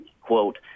quote